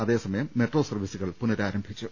അതേസമയം മെട്രോ സർവ്വീസുകൾ പുനരാരംഭിച്ചു